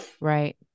Right